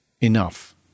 enough